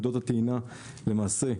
למעשה,